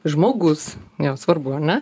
žmogus jam svarbu na